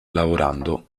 lavorando